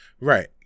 right